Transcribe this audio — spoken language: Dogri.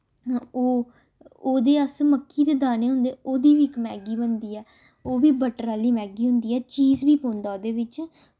ओह् ओह्दे अस मक्की दे दाने होंदे ओह्दी बी इक मैगी बनदी ऐ ओह् बी बट्टर आह्ली मैगी होंदी ऐ चीज़ बी पौंदा ओह्दे बिच्च